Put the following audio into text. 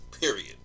period